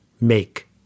make